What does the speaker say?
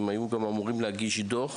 הם היו גם אמורים להגיש דוח